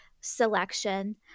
selection